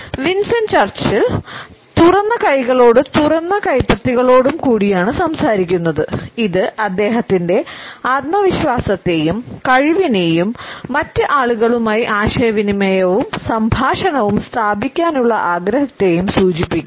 Winston Churchill തുറന്ന കൈകളോടും തുറന്ന കൈപ്പത്തികളോടും കൂടിയാണ് സംസാരിക്കുന്നത് ഇത് അദ്ദേഹത്തിന്റെ ആത്മവിശ്വാസത്തെയും കഴിവിനെയും മറ്റ് ആളുകളുമായി ആശയവിനിമയവും സംഭാഷണവും സ്ഥാപിക്കാനുള്ള ആഗ്രഹത്തെയും സൂചിപ്പിക്കുന്നു